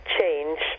change